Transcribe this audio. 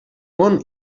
món